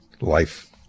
Life